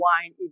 wine